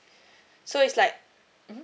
so it's like mmhmm